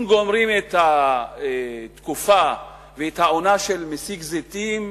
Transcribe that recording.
הם גומרים את התקופה ואת העונה של מסיק זיתים,